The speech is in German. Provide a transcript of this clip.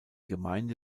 gemeinde